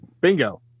Bingo